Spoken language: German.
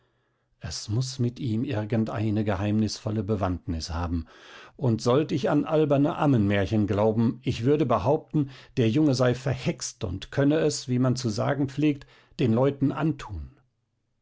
es muß mit ihm irgendeine geheimnisvolle bewandtnis haben und sollt ich an alberne ammenmärchen glauben ich würde behaupten der junge sei verhext und könne es wie man zu sagen pflegt den leuten antun